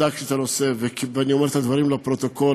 בדקתי את הנושא, ואני אומר את הדברים לפרוטוקול